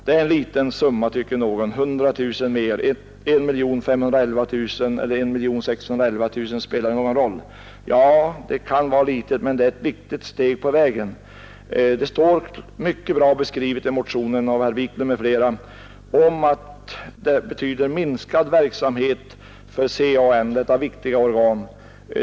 Det är en liten summa, tycker någon; 1 511 000 eller 1 611 000 spelar väl ingen roll? Ja, det kan vara litet, men det är ett viktigt steg på vägen. Det står mycket bra beskrivet i motionen 343 av herr Wiklund i Stockholm m.fl. att det lägre anslaget skulle betyda minskad verksamhet för CAN, detta viktiga organ.